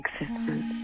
existence